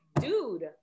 dude